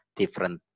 different